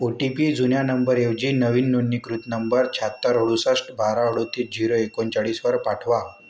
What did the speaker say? ओ T P जुन्या नंबरऐवजी नवीन नोंदणीकृत नंबर शहात्तर अडुसष्ट बारा अडतीस झिरो एकोणचाळीसवर पाठवा